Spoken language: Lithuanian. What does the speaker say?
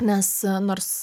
nes nors